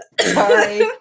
Sorry